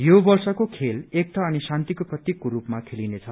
यो वर्षको खेल एकता अनि शान्तिको प्रतिकको रूपमा खेलिने छ